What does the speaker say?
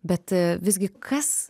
bet visgi kas